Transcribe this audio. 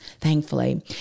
thankfully